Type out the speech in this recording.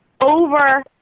over